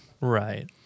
Right